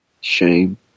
Shame